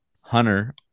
Hunter